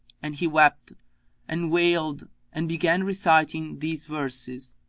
and he wept and wailed and began reciting these verses,